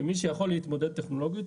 ומי שיכול להתמודד טכנולוגית,